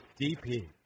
dp